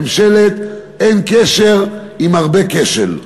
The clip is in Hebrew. ממשלת אין קשר, עם הרבה כשל.